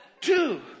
two